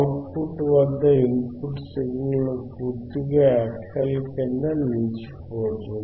out put వద్ద input signal పూర్తిగా fL క్రిందనిలిచిపోతుంది